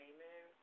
Amen